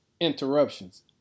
interruptions